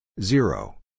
Zero